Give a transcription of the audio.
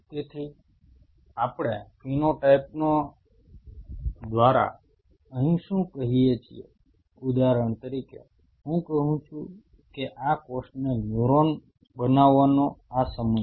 તેથી આપણે ફિનોટાઇપનો દ્વારા અહીં શું કહીએ છીએ ઉદાહરણ તરીકે હું કહું છું કે આ કોષને ન્યુરોન બનવાનો આ સમય છે